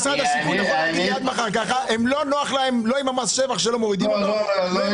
משרד השיכון לא נוח להם עם מס שבח שלא מורידים אותו ולא עם